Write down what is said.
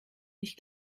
ich